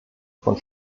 von